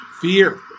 Fear